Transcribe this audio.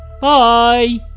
Bye